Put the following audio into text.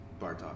bartok